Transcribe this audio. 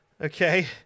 okay